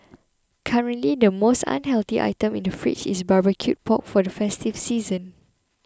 currently the most unhealthy item in the fridge is barbecued pork for the festive season